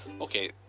Okay